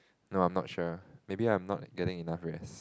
no I'm not sure maybe I'm not getting enough rest